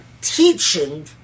teaching